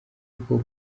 bwo